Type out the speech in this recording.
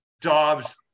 Dobbs